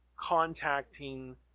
contacting